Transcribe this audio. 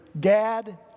Gad